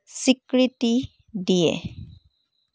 স্বীকৃতি দিয়ে